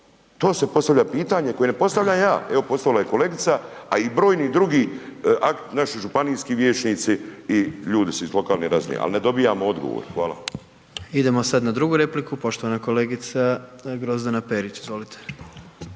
To se postavlja pitanje, koje ne postavljam ja, evo postavila je kolegica, a i brojni drugi naši županijski vijećnici i ljudi iz lokalne razine, ali ne dobijamo odgovor. Hvala. **Jandroković, Gordan (HDZ)** Idemo sada na drugu repliku, poštovana kolegica Grozdana Perić, izvolite.